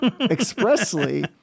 expressly